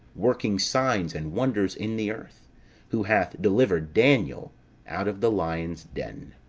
working signs, and wonders in the earth who hath delivered daniel out of the lions' den.